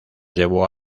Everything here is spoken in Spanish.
lleva